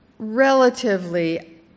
relatively